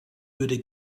würde